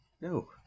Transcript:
No